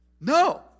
no